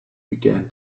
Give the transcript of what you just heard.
began